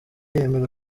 yemera